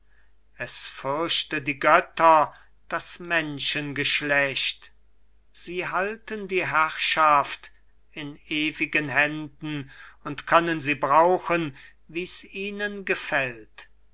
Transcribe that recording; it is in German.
es fürchte die götter das menschengeschlecht sie halten die herrschaft in ewigen händen und können sie brauchen wie's ihnen gefällt